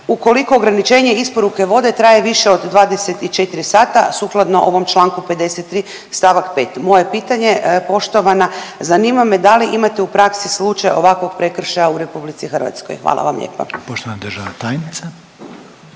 ukoliko ograničenje isporuke vode traje više od 24 sata sukladno ovom Članku 53. stavak 5. Moje pitanje je poštovana zanima da li imate u praksi slučaj ovakvog prekršaja u RH? Hvala lijepa.